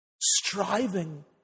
striving